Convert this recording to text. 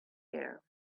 air